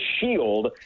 shield